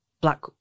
black